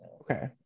Okay